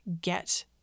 get